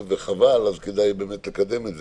אז כדאי לקדם את זה.